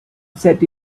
set